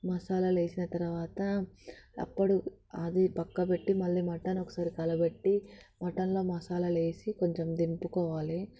మసాలాలు వేసిన తర్వాత అప్పుడు అది పక్కకు పెట్టి మళ్ళీ మటన్ ఒకసారి కలపెట్టి మటన్లో మసాలాలు వేసి కొంచెం దింపుకోవాలి